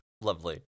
Lovely